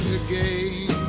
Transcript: again